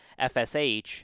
FSH